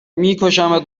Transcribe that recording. میکشمت